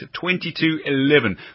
22.11